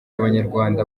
abanyarwanda